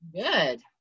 Good